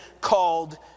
called